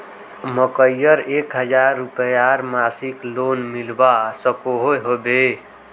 मकईर एक हजार रूपयार मासिक लोन मिलवा सकोहो होबे?